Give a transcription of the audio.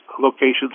locations